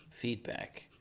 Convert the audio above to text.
feedback